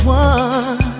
one